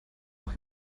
auch